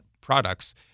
products